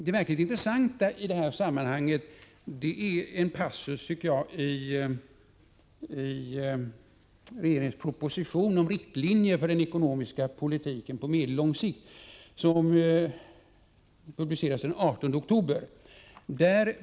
Det verkligt intressanta i detta sammanhang är en passus i regeringens proposition om riktlinjer för den ekonomiska politiken på medellång sikt, som publicerades den 18 oktober.